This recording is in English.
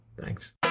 Thanks